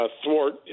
thwart